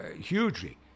hugely